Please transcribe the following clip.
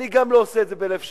אני גם לא עושה את זה בלב שלם,